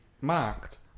marked